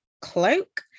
cloak